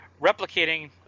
replicating